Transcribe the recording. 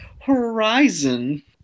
Horizon